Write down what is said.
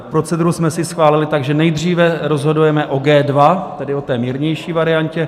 Proceduru jsme si schválili, takže nejdříve rozhodujeme o G2, tedy o té mírnější variantě.